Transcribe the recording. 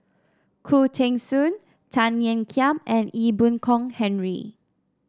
Khoo Teng Soon Tan Ean Kiam and Ee Boon Kong Henry